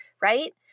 right